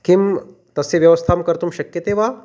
किं तस्य व्यवस्थां कर्तुं शक्यते वा